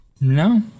No